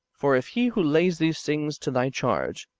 for if he who lays these things to thy charge,